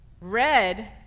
Red